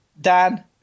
Dan